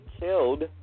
killed